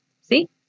See